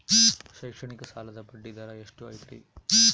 ಶೈಕ್ಷಣಿಕ ಸಾಲದ ಬಡ್ಡಿ ದರ ಎಷ್ಟು ಐತ್ರಿ?